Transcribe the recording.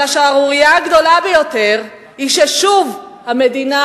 אבל השערורייה הגדולה ביותר היא ששוב המדינה